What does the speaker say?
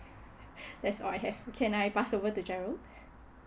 that's all I have can I pass over to jerald